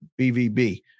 BVB